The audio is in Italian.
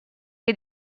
che